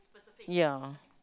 ya